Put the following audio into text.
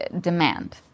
demand